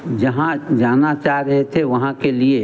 जहाँ जाना चाह रहे थे वहाँ के लिए